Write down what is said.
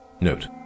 note